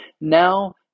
now